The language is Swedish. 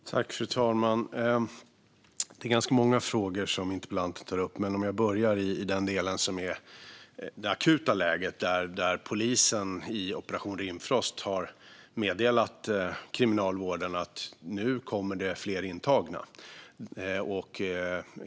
Fru talman! Interpellanten tar upp många frågor. Låt mig börja med dem som handlar om det akuta läget. Polisen har inom ramen för Operation Rimfrost meddelat Kriminalvården att det nu kommer fler intagna.